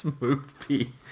movie